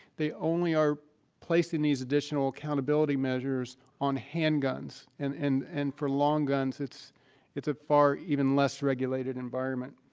they only are placing these additional accountability measures on handguns. and and and for long guns, it's it's a far even less regulated environment.